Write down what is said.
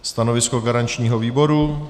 Stanovisko garančního výboru?